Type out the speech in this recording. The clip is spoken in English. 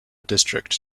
district